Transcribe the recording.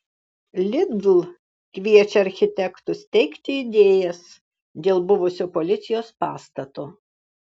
lidl kviečia architektus teikti idėjas dėl buvusio policijos pastato